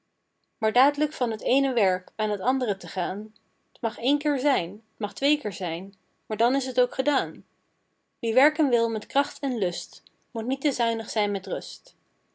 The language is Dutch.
maar daad'lijk van het eene werk aan t andere te gaan t mag één keer zijn t mag twee keer zijn maar dan is t ook gedaan wie werken wil met kracht en lust moet niet te zuinig zijn met rust